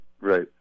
right